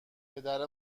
پدر